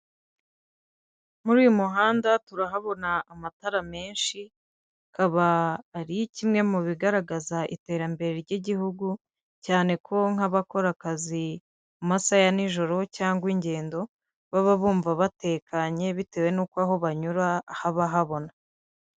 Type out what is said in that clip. Muri uyu muhanda turahabona amatara menshi, akaba ari kimwe mu bigaragaza iterambere ry'igihugu, cyane ko nk'abakora akazi mu masaha ya n'ijoro, cyangwa ingendo baba bumva batekanye bitewe n'uko aho banyura haba habona.